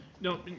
No